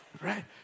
Right